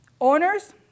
Owners